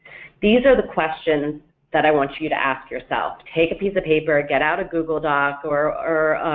these are the questions that i want you you to ask yourself. take a piece of paper, get out a google doc or